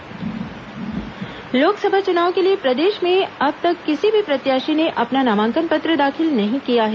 लोकसभा चुनाव नामांकन दाखिल लोकसभा चुनाव के लिए प्रदेश में अब तक किसी भी प्रत्याशी ने अपना नामांकन पत्र दाखिल नहीं किया है